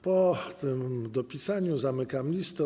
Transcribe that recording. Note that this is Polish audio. Po tym dopisaniu zamknę listę.